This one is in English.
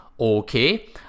Okay